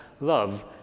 love